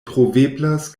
troveblas